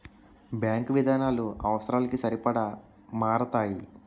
bank విధానాలు అవసరాలకి సరిపడా మారతాయి